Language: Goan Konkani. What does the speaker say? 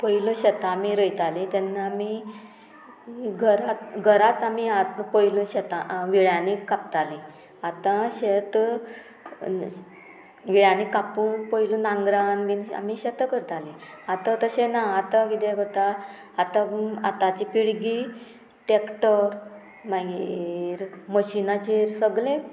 पयलीं शेतां आमी रोयतालीं तेन्ना आमी घरांत घराच आमी पयलीं शेतां विळ्यांनी कापतालीं आतां शेत विळ्यांनी कापून पयलें नांगरान बीन आमी शेतां करताली आतां तशें ना आतां कितें करता आतां आतांची पिळगी टॅक्टर मागीर मशिनाचेर सगळें